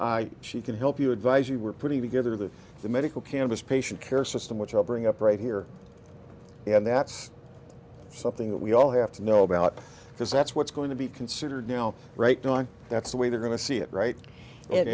i she can help you advise you we're putting together the the medical cannabis patient care system which i'll bring up right here and that's something that we all have to know about because that's what's going to be considered now right don that's the way they're going to see it right